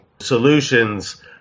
solutions